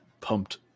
pumped